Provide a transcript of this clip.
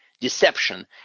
deception